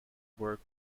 work